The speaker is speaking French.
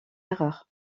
erreur